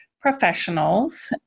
professionals